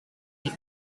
hit